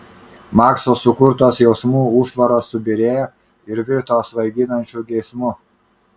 makso sukurtos jausmų užtvaros subyrėjo ir virto svaiginančiu geismu